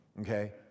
okay